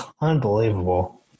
Unbelievable